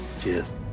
Cheers